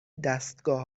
دستگاه